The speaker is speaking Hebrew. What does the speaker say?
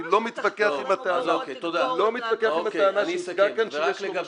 אני לא מתווכח עם הטענה שהוצגה כאן שיש לו משמעות.